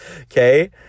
okay